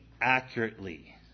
accurately